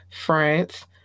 France